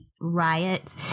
riot